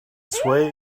sway